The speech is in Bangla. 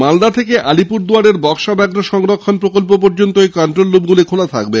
মালদা থেকে আলিপুরদুয়ারের বক্সা ব্যাঘ্র সংরক্ষন প্রকল্প পর্যন্ত এই কন্ট্রোল রুমগুলি খোলা থাকবে